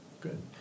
good